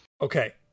Okay